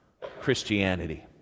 Christianity